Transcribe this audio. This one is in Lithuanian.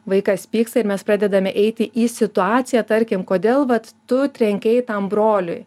vaikas pyksta ir mes pradedame eiti į situaciją tarkim kodėl vat tu trenkei tam broliui